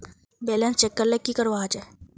Balance check करले की करवा होचे?